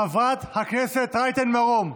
חברת הכנסת רייטן, חברת הכנסת רייטן מרום,